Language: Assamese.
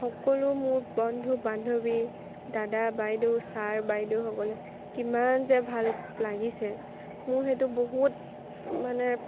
সকলো মোৰ বন্ধু বান্ধৱী দাদা বাইদেউ ছাৰ বাইদেউসকলে কিমান যে ভাল লাগিছে মোৰ সেইটো বহুত মানে